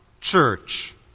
church